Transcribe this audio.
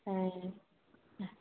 হ্যাঁ